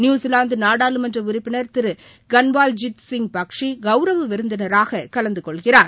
New Zealand நாடாளுமன்ற உறுப்பினர் திரு கன்வால்ஜித் சிங் பக்ஷி கவுரவ விருந்தினராக கலந்து கொள்கிறார்